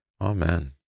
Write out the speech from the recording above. Amen